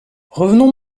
revenons